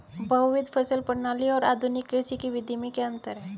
बहुविध फसल प्रणाली और आधुनिक कृषि की विधि में क्या अंतर है?